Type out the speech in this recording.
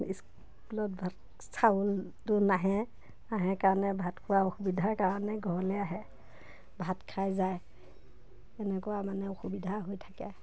স্কুলত ভাত চাউলটো নাহে নাহে কাৰণে ভাত খোৱা অসুবিধাৰ কাৰণে ঘৰলৈ আহে ভাত খাই যায় এনেকুৱা মানে অসুবিধা হৈ থাকে